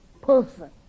person